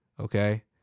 okay